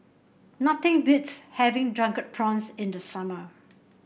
nothing beats having Drunken Prawns in the summer